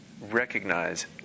recognize